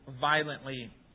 violently